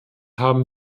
haben